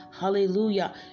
Hallelujah